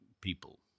people